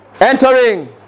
entering